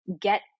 get